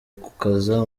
gukaza